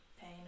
pain